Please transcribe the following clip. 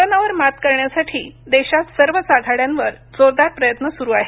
कोरोनावर मात करण्यासाठी देशात सर्वच आघाड्यांवर जोरदार प्रयत्न सुरू आहेत